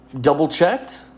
double-checked